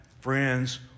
friends